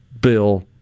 bill